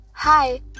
Hi